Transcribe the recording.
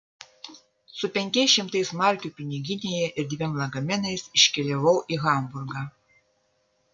su penkiais šimtais markių piniginėje ir dviem lagaminais iškeliavau į hamburgą